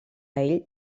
ell